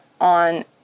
on